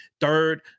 third